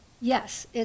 yes